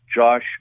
Josh